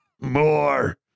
More